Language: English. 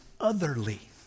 otherly